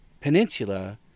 Peninsula